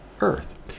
earth